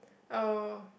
oh